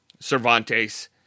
Cervantes